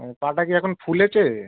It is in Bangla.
ও পাটা কি এখন ফুলেছে